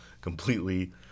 completely